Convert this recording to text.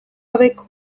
gabeko